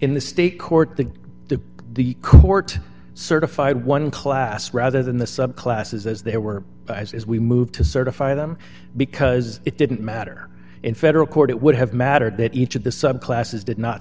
in the state court that the the court certified one class rather than the subclasses as they were as we move to certify them because it didn't matter in federal court it would have mattered that each of the subclasses did not